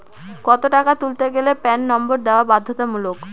কত টাকা তুলতে গেলে প্যান নম্বর দেওয়া বাধ্যতামূলক?